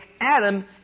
Adam